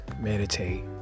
meditate